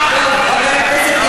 עולה עוד הפעם?